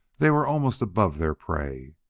they were almost above their prey.